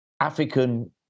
African